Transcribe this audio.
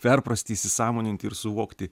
perprasti įsisąmoninti ir suvokti